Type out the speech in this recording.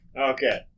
Okay